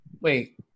Wait